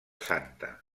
santa